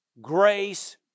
grace